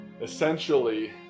essentially